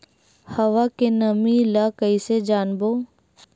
हवा के नमी ल कइसे जानबो?